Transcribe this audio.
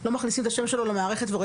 לא מכניסים את השם שלו למערכת ורואים